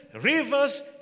rivers